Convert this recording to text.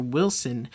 Wilson